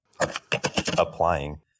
applying